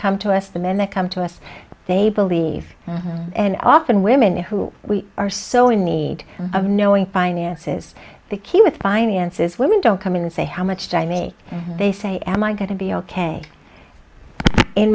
come to us the men they come to us they believe and often women who we are so in need of knowing finances the key with finances women don't come in and say how much to me they say am i going to be ok in